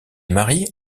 marié